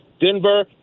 Denver